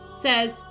says